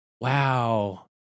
Wow